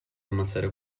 ammazzare